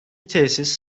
tesis